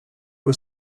was